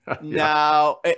Now